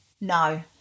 No